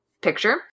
picture